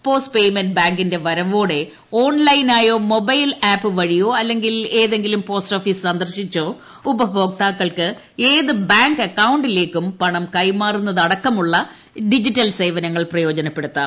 post payment ബാങ്കിന്റെ വരവോടെ on ലൈനായോ മൊബൈൽ ആപ്പുവഴിയോ അല്ലെങ്കിൽ ഏതെങ്കിലും പോസ്റ്റ്ഓഫീസ് സന്ദർശിച്ചോ ഉപഭോക്താക്കൾക്ക് ഏത് ബാങ്ക് അ ക്കൌ ിലേക്കും പണം കൈമാറുന്നതടക്കമുള്ള ഡിജിറ്റൽസേവന ങ്ങൾ പ്രയോജനപ്പെടുത്താം